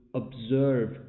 observe